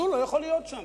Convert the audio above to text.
אז הוא לא יכול להיות שם,